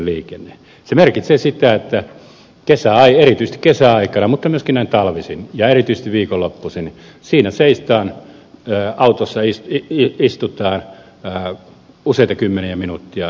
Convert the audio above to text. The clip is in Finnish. se merkitsee sitä että erityisesti kesäaikana mutta myöskin näin talvisin ja erityisesti viikonloppuisin siinä seistään autossa istutaan useita kymmeniä minuutteja